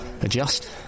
adjust